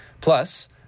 Plus